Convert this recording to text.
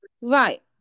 right